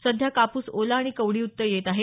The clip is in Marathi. सध्या कापूस ओला आणि कवडीयुक्त येत आहे